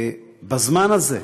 בזמן הזה,